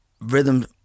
rhythm